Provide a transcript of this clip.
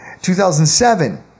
2007